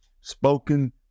spoken